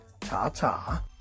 Ta-ta